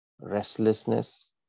restlessness